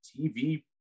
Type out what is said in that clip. TV